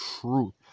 truth